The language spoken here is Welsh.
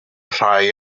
rhai